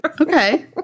Okay